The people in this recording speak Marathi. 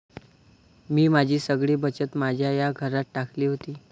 मी माझी सगळी बचत माझ्या या घरात टाकली होती